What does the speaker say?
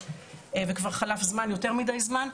וכבר חלף יותר מידי זמן.